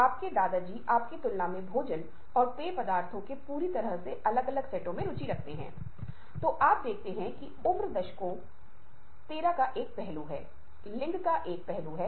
पहला और दूसरा इतना महत्त्वपूर्ण नहीं है जब हम सुनने के बारे में चर्चा कर रहे हैं तो हम मनोवैज्ञानिक बाधाओं के बारे में बात कर रहे हैं क्योंकि ये महत्वपूर्ण बाधाएं हैं जिन्हें हमें दूर करना होगा